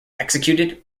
executed